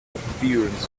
appearances